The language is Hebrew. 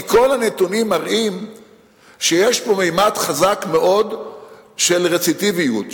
כי כל הנתונים מראים שיש פה ממד חזק מאוד של רצידיביסטיות,